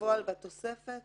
בפועל בתוספת